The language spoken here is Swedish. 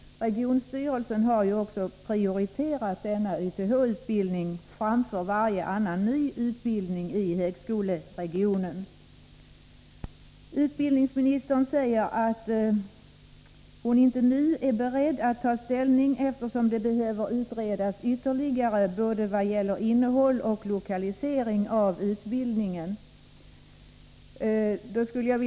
Regionstyrelsen har ju också prioriterat denna YTH-utbildning framför all annan ny utbildning i högskoleregionen. Utbildningsministern säger att hon inte nu är beredd att ta ställning, eftersom det behöver utredas ytterligare både vad gäller innehåll och lokalisering av utbildningen.